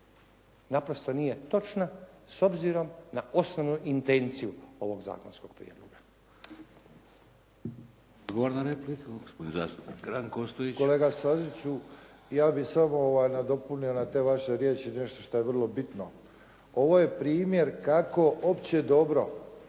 naprosto nije točna s obzirom na osnovnu intenciju ovog zakonskog prijedloga.